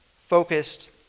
focused